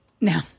No